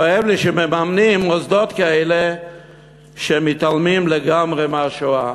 כואב לי שמממנים מוסדות כאלה שמתעלמים לגמרי מהשואה,